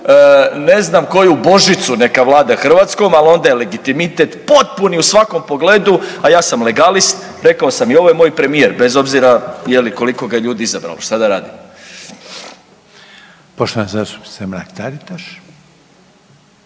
ne znam koju božicu neka vlada Hrvatskom ali onda je legitimet potpuni u svakom pogledu, a ja sam legalist rekao sam i ovo je moj premijer bez obzira je li koliko ga ljudi izabrali, šta da radimo. **Reiner,